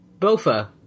Bofa